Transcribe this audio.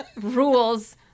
rules